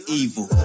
evil